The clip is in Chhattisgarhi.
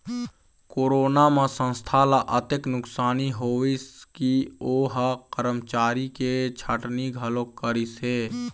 कोरोना म संस्था ल अतेक नुकसानी होइस के ओ ह करमचारी के छटनी घलोक करिस हे